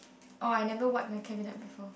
orh I never wipe my cabinet before